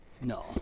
No